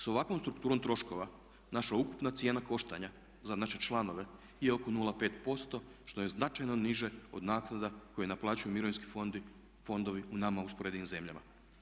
Sa ovakvom strukturom troškova naša ukupna cijena koštanja za naše članove je oko 0,5% što je značajno niže od naknada koje naplaćuju mirovinski fondovi u nama usporedivim zemljama.